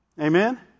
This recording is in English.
Amen